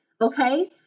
okay